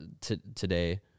today